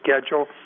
schedule